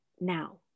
now